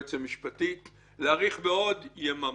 והיועץ המשפטי להאריך בעוד יממה.